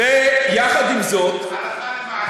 עם זאת, אבל הלכה למעשה?